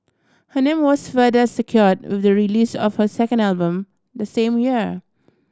her name was further secured with the release of her second album the same year